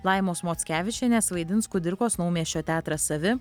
laimos mockevičienės vaidins kudirkos naumiesčio teatras savi